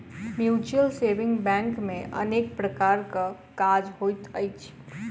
mutual saving bank मे अनेक प्रकारक काज होइत अछि